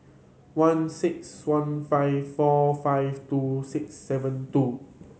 one six one five four five two six seven two